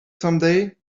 someday